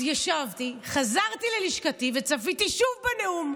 אז ישבתי, חזרתי ללשכתי וצפיתי שוב בנאום,